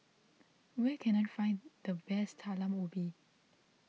where can I find the best Talam Ubi